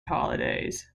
holidays